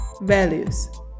values